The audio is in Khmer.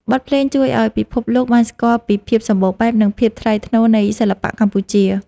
បទភ្លេងជួយឱ្យពិភពលោកបានស្គាល់ពីភាពសម្បូរបែប និងភាពថ្លៃថ្នូរនៃសិល្បៈកម្ពុជា។